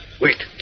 Wait